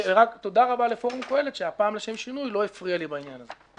רבה לפורום קהלת שהפעם לשם שינוי לא הפריע לי בעניין הזה.